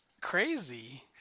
Crazy